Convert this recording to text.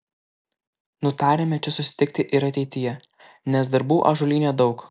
nutarėme čia susitikti ir ateityje nes darbų ąžuolyne daug